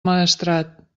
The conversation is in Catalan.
maestrat